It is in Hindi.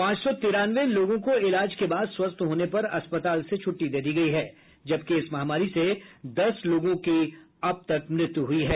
पांच सौ तिरानवे लोगों को इलाज के बाद स्वस्थ होने पर अस्पताल से छुट्टी दे दी गयी है जबकि इस महामारी से दस लोगों की मौत हुई है